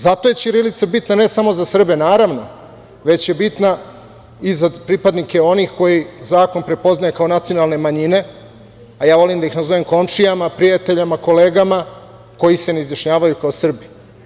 Zato je ćirilica bitna, ne samo za Srbe, naravno, već je bitna i za pripadnike onih koji zakon prepoznaje kao nacionalne manjine, a ja volim da ih nazovem komšijama, prijateljima, kolegama, koji se ne izjašnjavaju kao Srbi.